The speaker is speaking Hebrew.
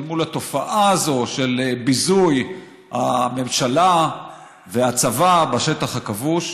אל מול התופעה הזו של ביזוי הממשלה והצבא בשטח הכבוש.